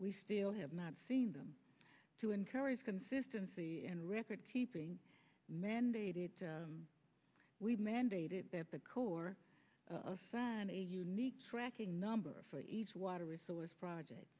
we still have not seen them to encourage consistency and record keeping mandated we've mandated that the corps of run a unique tracking number for each water resource project